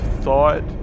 thought